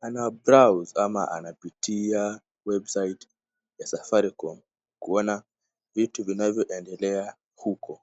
ana browse ama anapitia website ya Safaricom kuona vitu vinavyoendelea huko.